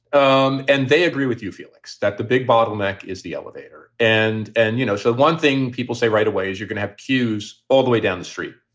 um and they agree with you, felix, that the big bottleneck is the elevator. and and, you know, so one thing people say right away is you're gonna have queues all the way down the street.